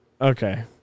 Okay